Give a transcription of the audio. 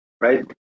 right